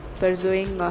pursuing